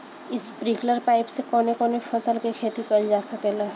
Sprinkler pipe से कवने कवने फसल क खेती कइल जा सकेला?